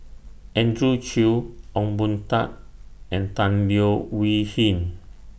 Andrew Chew Ong Boon Tat and Tan Leo Wee Hin